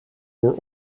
were